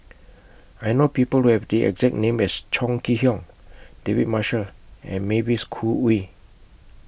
I know People Who Have The exact name as Chong Kee Hiong David Marshall and Mavis Khoo Oei